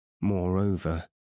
moreover